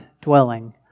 dwelling